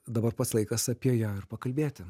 dabar pats laikas apie ją ir pakalbėti